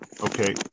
Okay